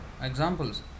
examples